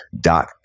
dot